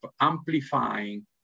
amplifying